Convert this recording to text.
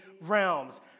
realms